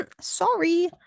sorry